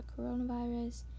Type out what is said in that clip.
coronavirus